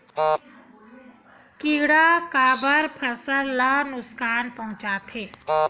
किड़ा काबर फसल ल नुकसान पहुचाथे?